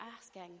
asking